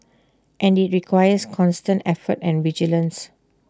and IT requires constant effort and vigilance